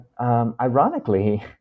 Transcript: ironically